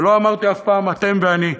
ולא אמרתי אף פעם אתם ואני,